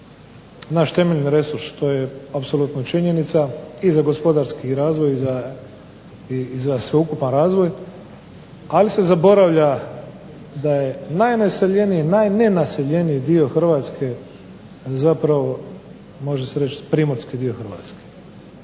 naš temeljni resurs što je apsolutno činjenica i za gospodarski razvoj i za sveukupan razvoj, ali se zaboravlja da je najnenaseljeniji dio Hrvatske zapravo može se reći primorski dio Hrvatske.